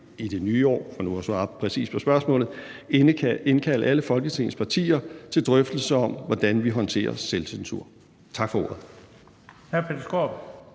i det nye år, for nu at svare præcist på spørgsmålet, indkalde alle Folketingets partier til drøftelser om, hvordan vi håndterer selvcensur. Tak for ordet.